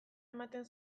ematen